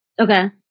Okay